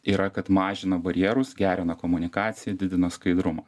yra kad mažina barjerus gerina komunikaciją didina skaidrumą